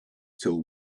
till